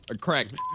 Correct